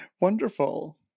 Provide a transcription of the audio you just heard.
Wonderful